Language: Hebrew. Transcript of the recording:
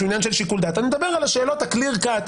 כרגע אני מדבר רק על השאלות שהן clear cut,